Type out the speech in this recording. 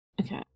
okay